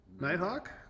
nighthawk